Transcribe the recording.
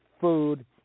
food